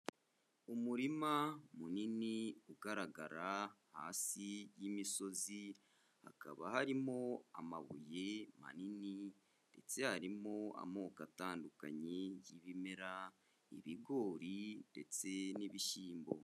Umurima munini ugaragara hasi y'imisozi, hakaba harimo amabuye manini, ndetse harimo amoko atandukanye y'ibimera, ibigori ndetse n'ibishyimbo.